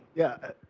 yeah,